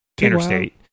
interstate